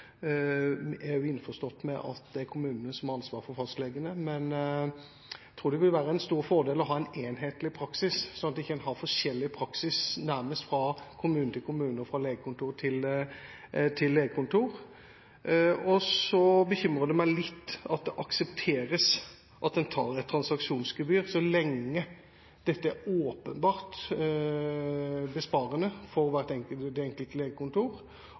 er innforstått med at det er kommunene som har ansvaret for fastlegene, men jeg tror det vil være en stor fordel å ha en enhetlig praksis, slik at en ikke har forskjellig praksis nærmest fra kommune til kommune og fra legekontor til legekontor. Så bekymrer det meg litt at det aksepteres at en tar et transaksjonsgebyr så lenge dette åpenbart er besparende for det enkelte legekontor,